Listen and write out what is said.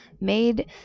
made